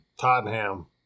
Tottenham